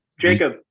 Jacob